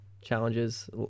challenges